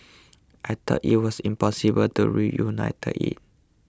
I thought it was impossible to reunited